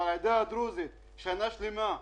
אבל העדה הדרוזית שנה שלמה.